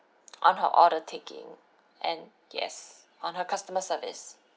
on her order taking and yes on her customer service